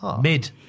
mid